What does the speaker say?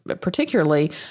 particularly